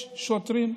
יש שוטרים אלימים.